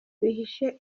bihishe